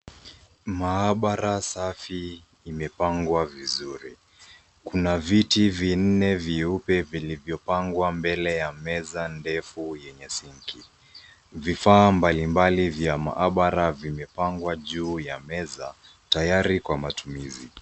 Maabara safi imepangwa vizuri. Kuna viti vinne vyeupe vilivyopangwa mbele ya meza ndefu yenye sinki. Vifaa mbalimbali vya maabara vimepangwa juu ya meza, tayari kwa matumizi.